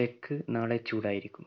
തെക്ക് നാളെ ചൂടായിരിക്കും